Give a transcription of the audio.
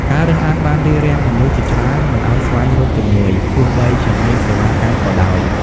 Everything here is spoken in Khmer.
ការរើសអើងបានរារាំងមនុស្សជាច្រើនមិនឱ្យស្វែងរកជំនួយ ទោះបីជាមានសេវាកម្មក៏ដោយ។